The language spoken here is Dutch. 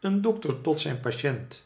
een dokter tot zijn patient